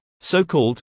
so-called